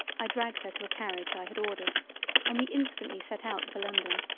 i dragged her to a carriage i had ordered and we instantly set out for london.